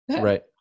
Right